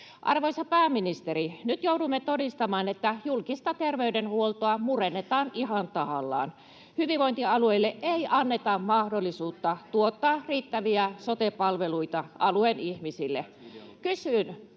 Arvoisa pääministeri, nyt joudumme todistamaan, että julkista terveydenhuoltoa murennetaan ihan tahallaan. Hyvinvointialueille ei anneta mahdollisuutta tuottaa riittäviä sote-palveluita alueen ihmisille.